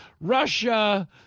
Russia